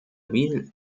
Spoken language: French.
ville